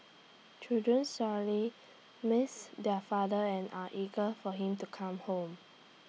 children sorely miss their father and are eager for him to come home